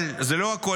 אבל זה לא הכול.